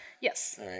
Yes